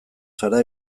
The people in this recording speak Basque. zara